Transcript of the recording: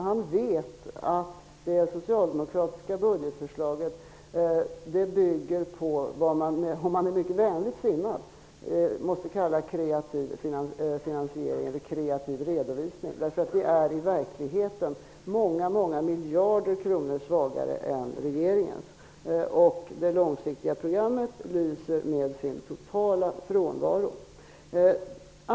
Han vet att det socialdemokratiska budgetförslaget bygger på, mycket vänligt beskrivet, en kreativ redovisning, därför att det i verkligheten är många miljarder kronor svagare än regeringens. Det långsiktiga programmet lyser med sin totala frånvaro.